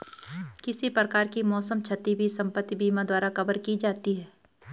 किसी प्रकार की मौसम क्षति भी संपत्ति बीमा द्वारा कवर की जाती है